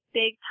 big